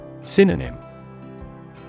Synonym